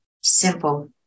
simple